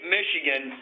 Michigan